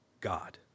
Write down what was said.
God